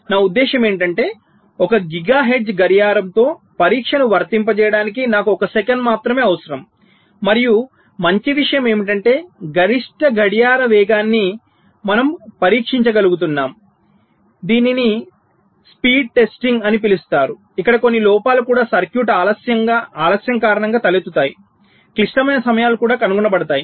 నా ఉద్దేశ్యం ఏమిటంటే 1 గిగాహెర్ట్జ్ గడియారంతో పరీక్షను వర్తింపచేయడానికి నాకు 1 సెకను మాత్రమే అవసరం మరియు మంచి విషయం ఏమిటంటే గరిష్ట గడియార వేగాన్ని మనము పరీక్షించగలుగుతున్నాము దీనిని స్పీడ్ టెస్టింగ్ అని పిలుస్తారు ఇక్కడ కొన్ని లోపాలు కూడా సర్క్యూట్ ఆలస్యం కారణంగా తలెత్తుతాయి క్లిష్టమైన సమయాలు కూడా కనుగొనబడతాయి